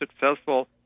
successful